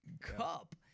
cup